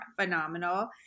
phenomenal